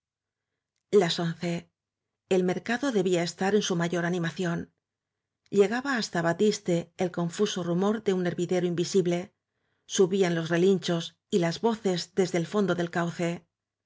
las once el mercado debía estar en su mayor animación llegaba hasta batiste el confuso rumor de un hervidero invisible subían los relinchos y las voces desde el fondo del cauce